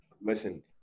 Listen